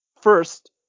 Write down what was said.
First